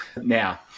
now